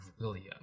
William